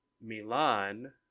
milan